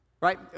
Right